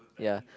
ya